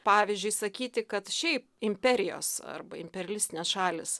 pavyzdžiui sakyti kad šiaip imperijos arba imperialistinės šalys